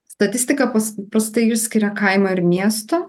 statistika paprastai išskiria kaimą ir miesto